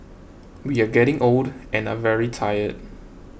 we are getting old and are very tired